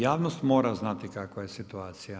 Javnost mora znati kakva je situacija.